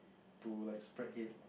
to like spread hate